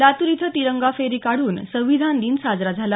लातूर इथं तिरंगा फेरी काढून संविधान दिन साजरा झाला